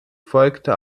folgte